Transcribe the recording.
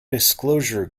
disclosure